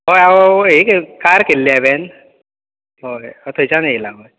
हय हांव हे घेव कार केल्ली हांवें वोय थंयच्यान येयला वोय